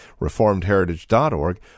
reformedheritage.org